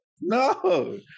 No